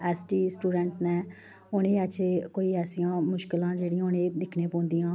S T student न उ'नें ऐच्च ऐ ऐसियां कोई मुश्कलां जेह्ड़ियां उ'नेंगी दिक्खनै पौंदियां